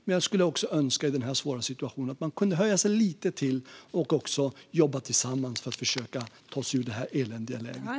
Men jag skulle önska att man i denna svåra situation kunde höja sig lite till och jobba tillsammans med oss så att vi kan ta oss ur det här eländiga läget.